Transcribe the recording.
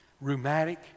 rheumatic